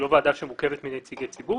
היא לא ועדה שמורכבת מנציגי ציבור,